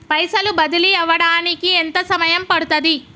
పైసలు బదిలీ అవడానికి ఎంత సమయం పడుతది?